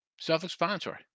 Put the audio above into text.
Self-explanatory